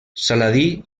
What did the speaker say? saladí